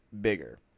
bigger